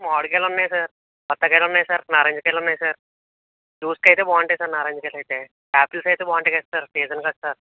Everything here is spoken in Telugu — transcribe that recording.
మామిడికాయలు ఉన్నాయి సార్ బత్తాయికాయలు ఉన్నాయి సార్ నారంజకాయలు ఉన్నాయి సార్ జూస్ అయితే బాగుంటాయి సార్ నారింజ కాయలు అయితే యాపిల్స్ అయితే బాగుంటాయి సార్ సీజన్ కదా సార్